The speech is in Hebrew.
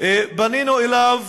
פנינו אליו